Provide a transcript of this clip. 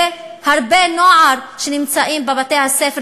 והרבה בני-נוער שנמצאים בבתי-הספר,